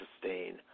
sustain